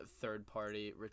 third-party